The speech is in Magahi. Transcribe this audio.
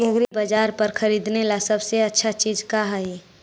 एग्रीबाजार पर खरीदने ला सबसे अच्छा चीज का हई?